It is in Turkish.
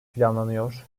planlanıyor